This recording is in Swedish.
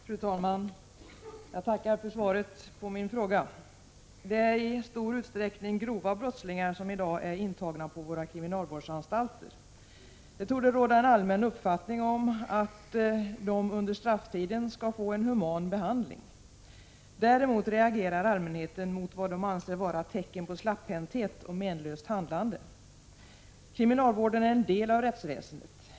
Fru talman! Jag tackar för svaret på min fråga. Det är i stor utsträckning grova brottslingar som i dag är intagna på våra kriminalvårdsanstalter. Det torde råda en allmän uppfattning om att de under strafftiden skall få en human behandling. Däremot reagerar allmänheten mot vad den anser vara tecken på slapphänthet och menlöst handlande. Kriminalvården är en del av rättsväsendet.